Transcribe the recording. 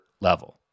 level